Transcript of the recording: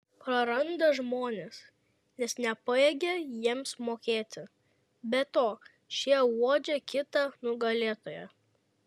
praranda žmones nes nepajėgia jiems mokėti be to šie uodžia kitą nugalėtoją